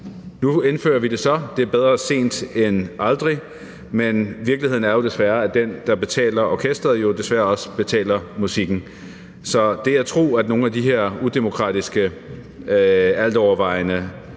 Nu indfører vi det så. Det er bedre sent end aldrig, men virkeligheden er jo desværre, at den, der betaler orkesteret, også betaler musikken. Så det at tro, at nogen af de her udemokratiske, altovervejende